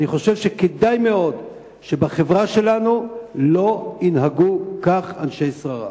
אני חושב שכדאי מאוד שבחברה שלנו לא ינהגו כך אנשי שררה.